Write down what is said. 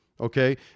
Okay